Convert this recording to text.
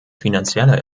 finanzieller